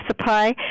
supply